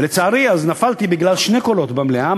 ולצערי אז נפלתי בגלל שני קולות במליאה.